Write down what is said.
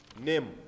name